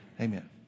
Amen